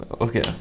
Okay